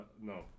No